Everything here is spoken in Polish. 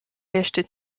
jeszcze